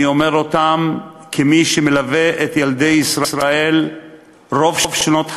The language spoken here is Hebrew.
אני אומר אותם כמי שמלווה את ילדי ישראל רוב שנות חייו,